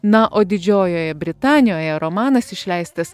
na o didžiojoje britanijoje romanas išleistas